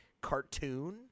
cartoon